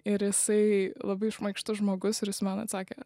ir jisai labai šmaikštus žmogus ir jis man atsakė